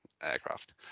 aircraft